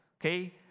okay